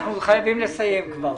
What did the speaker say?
אנחנו חייבים לסיים כבר.